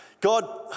God